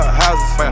houses